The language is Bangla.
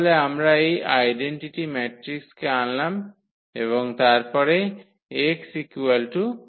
তাহলে আমরা এই আইডেন্টিটি ম্যাট্রিক্সকে আনলাম এবং তারপরে x0